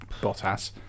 Bottas